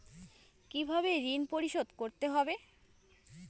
কিভাবে ঋণ পরিশোধ করতে হবে?